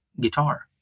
guitar